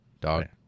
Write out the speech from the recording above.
Dog